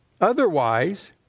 Otherwise